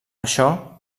això